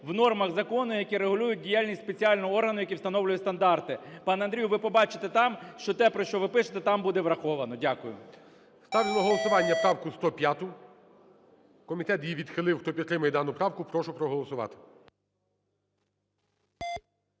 в нормах закону, які регулюють діяльність спеціального органу, який встановлює стандарти. Пане Андрію, ви побачите там, що те, про що ви пишете там буде враховано. Дякую. ГОЛОВУЮЧИЙ. Ставлю на голосування правку 105. Комітет її відхилив. Хто підтримує дану правку, прошу проголосувати.